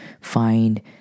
find